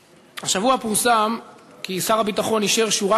השבוע פורסם כי שר הביטחון אישר שורה